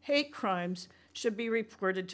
hate crimes should be reported